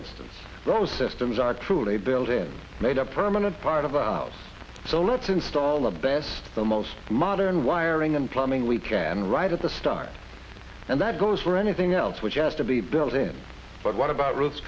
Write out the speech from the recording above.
instance those systems are truly built in made a permanent part of a house so let's install the best the most modern wiring and plumbing we can right at the start and that goes for anything else which has to be built in but what about roo